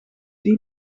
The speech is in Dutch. die